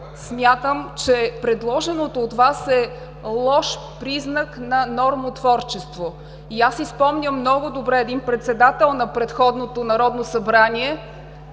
смятам, че предложеното от Вас е лош признак на нормотврочество. И аз си спомням много добре един председател на предходното Народно събрание,